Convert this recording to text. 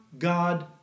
God